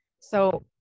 So-